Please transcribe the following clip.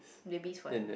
babies forever